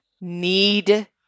need